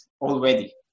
already